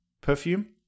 perfume